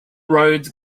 roads